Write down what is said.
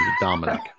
Dominic